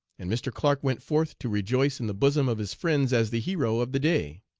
and mr. clark went forth to rejoice in the bosom of his friends as the hero of the day.